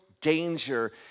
danger